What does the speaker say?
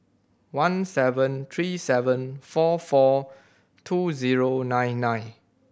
one seven three seven four four two zero nine nine